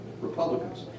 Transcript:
Republicans